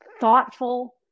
thoughtful